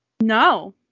No